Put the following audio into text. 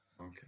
Okay